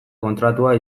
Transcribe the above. kontratua